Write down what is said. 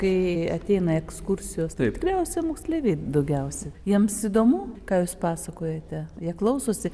kai ateina ekskursijos tai tikriausiai moksleiviai daugiausiai jiems įdomu ką jūs pasakojate jie klausosi